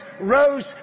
rose